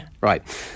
Right